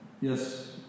yes